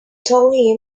told